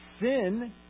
Sin